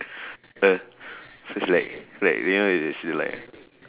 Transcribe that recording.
uh so it's like real as in like